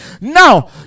now